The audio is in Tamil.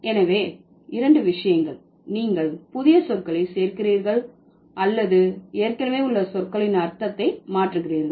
எனவே இரண்டு விஷயங்கள் நீங்கள் புதிய சொற்களை சேர்க்கிறீர்கள் அல்லது ஏற்கனவே உள்ள சொற்களின் அர்த்தத்தை மாற்றுகிறீர்கள்